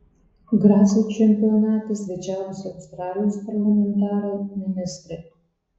graco čempionate svečiavosi australijos parlamentarai ministrai